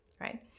right